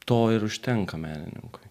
to ir užtenka menininkui